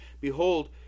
Behold